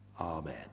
Amen